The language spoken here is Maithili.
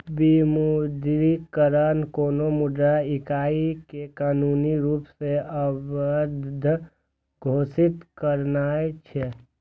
विमुद्रीकरण कोनो मुद्रा इकाइ कें कानूनी रूप सं अवैध घोषित करनाय छियै